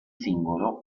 singolo